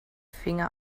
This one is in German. finger